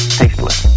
tasteless